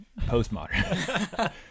Postmodern